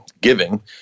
giving